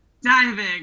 diving